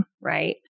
right